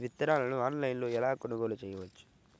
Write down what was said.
విత్తనాలను ఆన్లైనులో ఎలా కొనుగోలు చేయవచ్చు?